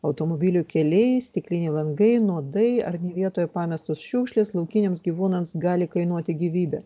automobilių keliai stikliniai langai nuodai ar ne vietoje pamestos šiukšlės laukiniams gyvūnams gali kainuoti gyvybę